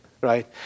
Right